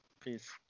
Peace